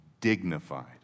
Dignified